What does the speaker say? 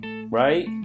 right